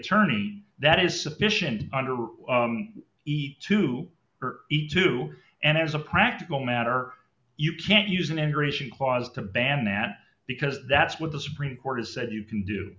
attorney that is sufficient under eat to eat too and as a practical matter you can't use an integration clause to ban that because that's what the supreme court has said you can do